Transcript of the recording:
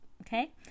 okay